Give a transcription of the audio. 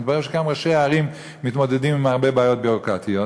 מתברר שגם ראשי הערים מתמודדים עם הרבה בעיות ביורוקרטיות.